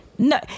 No